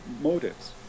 motives